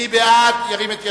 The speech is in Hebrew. מי בעד, ירים את ידו.